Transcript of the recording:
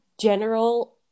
general